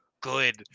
good